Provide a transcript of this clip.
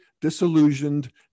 disillusioned